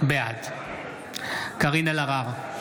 בעד קארין אלהרר,